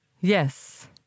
Yes